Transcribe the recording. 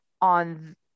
on